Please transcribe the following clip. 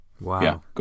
Wow